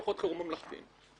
טכנאים עובדים בכל הארץ,